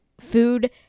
food